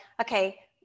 okay